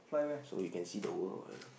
so you can see the world